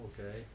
okay